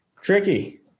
tricky